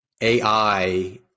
AI